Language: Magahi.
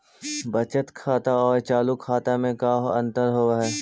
बचत खाता और चालु खाता में का अंतर होव हइ?